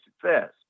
success